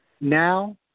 Now